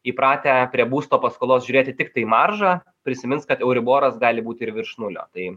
įpratę prie būsto paskolos žiūrėti tiktai maržą prisimins kad euriboras gali būti ir virš nulio tai